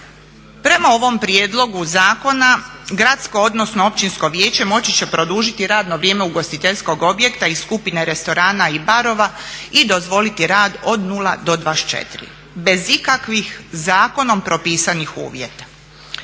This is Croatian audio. Prema ovom prijedlogu zakona gradsko odnosno općinsko vijeće moći će produžiti radno vrijeme ugostiteljskog objekat i skupine restorana i barova i dozvoliti rad od 0 do 24 bez ikakvih zakonom propisanih uvjeta.